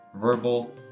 Verbal